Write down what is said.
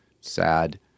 sad